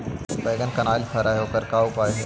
बैगन कनाइल फर है ओकर का उपाय है?